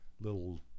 little